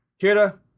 Kira